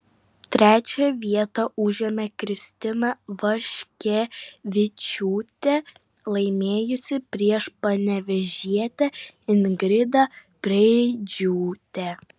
trečią vietą užėmė kristina vaškevičiūtė laimėjusi prieš panevėžietę ingridą preidžiūtę